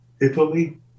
Italy